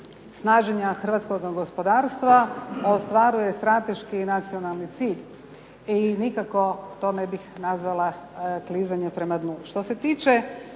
snaženja hrvatskoga gospodarstva ostvaruje strateški i nacionalni cilj i nikako to ne bih nazvala klizanje prema dnu. Što se tiče